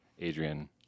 Adrian